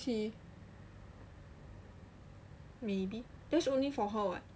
maybe cause only for her [what]